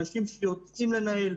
אנשים שרוצים לנהל,